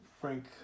Frank